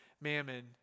mammon